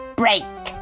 ,break